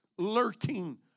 lurking